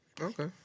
Okay